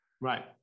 Right